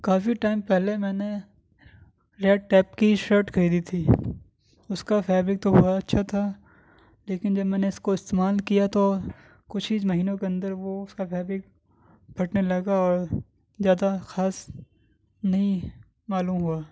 کافی time پہلے میں نے ریڈ ٹیپ کی شرٹ خریدی تھی اس کا فیبرک تو بہت اچھا تھا لیکن جب میں نے اس کو استعمال کیا تو کچھ ہی مہینوں کے اندر وہ اس کا فیبرک پھٹنے لگا اور زیادہ خاص نہیں معلوم ہوا